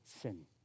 sin